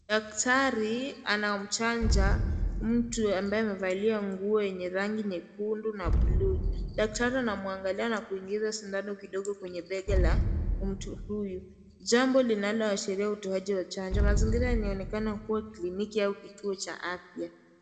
Daktari anamchanja mtu ambaye amevalia nguo yenye rangi nyekundu na buluu. Daktari anamwangalia na kuingiza sindano kidogo kwenye bega la mtu huyu. Jambo linaloashiria utoaji wa chanjo. Mazingira inaonekana kuwa kliniki au kituo cha afya.